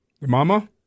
Mama